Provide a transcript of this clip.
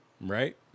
right